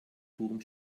purem